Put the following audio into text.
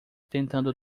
tentando